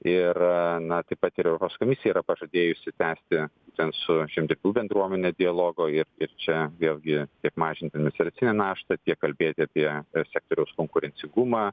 ir na taip pat ir euros komisija yra pažadėjusi tęsti ten su žemdirbių bendruomene dialogo ir čia vėlgi mažinti administracinę naštą tiek kalbėti apie sektoriaus konkurencingumą